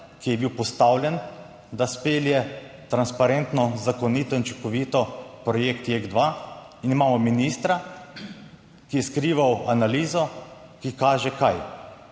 ki je bil postavljen, da spelje transparentno, zakonito in učinkovito projekt JEK2 in imamo ministra, ki je skrival analizo, ki kaže - kaj?